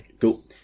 cool